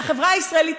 מהחברה הישראלית,